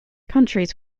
countries